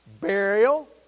burial